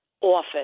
office